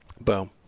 Boom